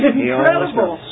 Incredible